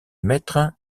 maître